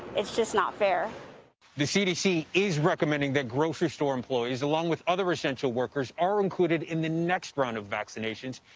it's just not fair. reporter the cdc is recommending that grocery-store employees, along with other essential workers, are included in the next round of vaccinations,